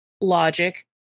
logic